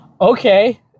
Okay